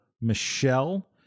Michelle